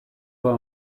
pas